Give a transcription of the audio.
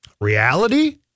Reality